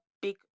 big